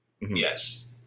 Yes